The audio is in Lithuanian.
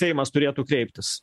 seimas turėtų kreiptis